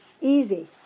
easy